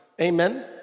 amen